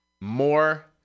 more